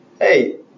hey